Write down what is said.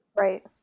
Right